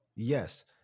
Yes